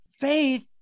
faith